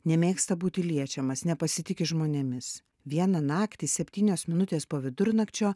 nemėgsta būti liečiamas nepasitiki žmonėmis vieną naktį septynios minutės po vidurnakčio